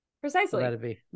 Precisely